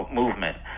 movement